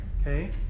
Okay